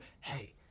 hey